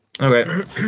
Okay